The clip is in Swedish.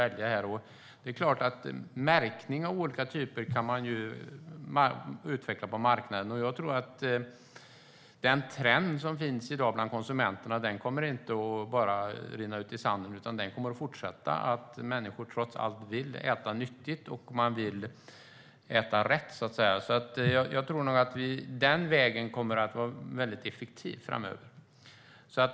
Det är klart att man kan utveckla märkning av olika typer på marknaden. Jag tror att den trend som finns i dag bland konsumenterna inte bara kommer att rinna ut i sanden, utan den kommer att fortsätta. Människor vill trots allt äta nyttigt, och de vill äta rätt. Jag tror att den vägen kommer att vara väldigt effektiv framöver.